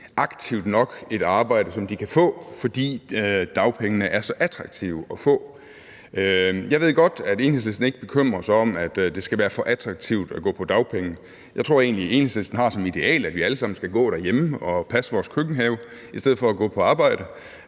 aktivt nok et arbejde, som de kan få, fordi dagpengene er så attraktive at få. Jeg ved godt, at Enhedslisten ikke bekymrer sig om, at det kan være for attraktivt at gå på dagpenge. Jeg tror egentlig, Enhedslisten har som ideal, at vi alle sammen skal gå derhjemme og passe vores køkkenhave i stedet for at gå på arbejde,